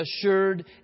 assured